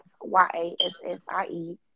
y-a-s-s-i-e